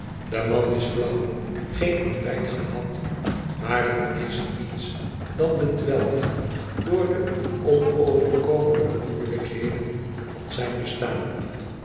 ide man is flauw geen ontbijt gehad maar het is niets dan bedwelming door de onoverkomelijke moeielijkheden van zijn bestaan